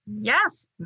Yes